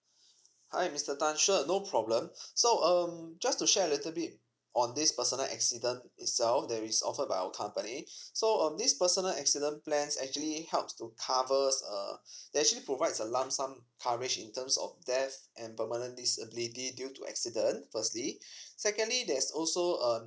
hi mister tan sure no problem so um just to share a little bit on this personal accident itself that is offered by our company so um this personal accident plans actually helps to covers uh they actually provides a lump sum coverage in terms of death and permanent disability due to accident firstly secondly there's also uh